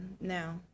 now